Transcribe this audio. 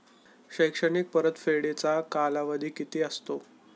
शैक्षणिक परतफेडीचा कालावधी किती असतो?